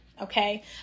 Okay